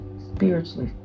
spiritually